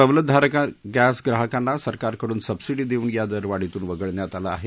सवलतधारक गस्तीग्राहकांना सरकारकडून सबसिडी देऊन या दरवाढीमधून वगळण्यात आलं आहे